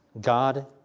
God